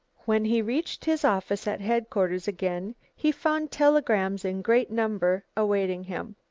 when he reached his office at headquarters again, he found telegrams in great number awaiting him.